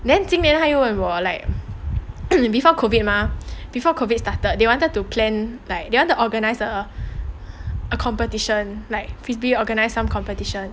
then 今年他又问我 like and before COVID mah before COVID started they wanted to plan like they wanted to organise a competition like frisbee organise some competition